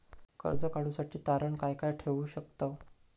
कर्ज काढूसाठी तारण काय काय ठेवू शकतव?